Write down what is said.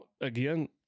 again